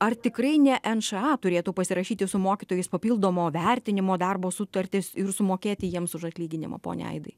ar tikrai ne nša turėtų pasirašyti su mokytojais papildomo vertinimo darbo sutartis ir sumokėti jiems už atlyginimą pone aidai